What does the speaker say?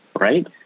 right